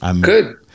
Good